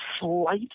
slight